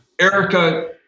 Erica